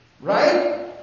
Right